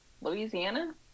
Louisiana